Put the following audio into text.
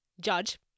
judge